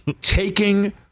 taking